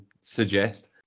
suggest